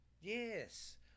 Yes